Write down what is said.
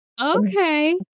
Okay